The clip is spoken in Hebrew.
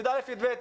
י"א-י"ב,